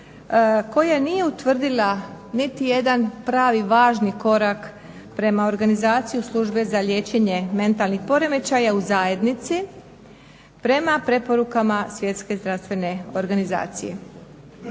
koja nije utvrdila niti jedan pravi važni korak prema organizaciji službe za liječenje mentalnih poremećaja u zajednici prema preporukama Svjetske zdravstvene organizacije.